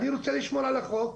אני רוצה לשמור על החוק,